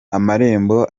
amarembo